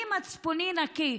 אני, מצפוני נקי,